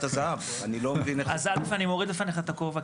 אז א' אני מוריד בפניך את הכובע,